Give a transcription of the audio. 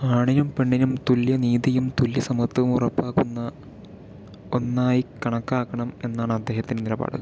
ആണിനും പെണ്ണിനും തുല്യ നീതിയും തുല്യ സമത്വവും ഉറപ്പാക്കുന്ന ഒന്നായി കണക്കാക്കണം എന്നാണ് അദ്ദേഹത്തിൻ്റെ നിലപാട്